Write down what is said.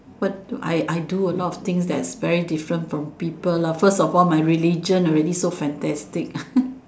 what do I I do a lot of things that's very different from people lah first of all my religion already so fantastic